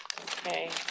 Okay